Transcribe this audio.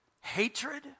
hatred